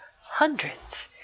hundreds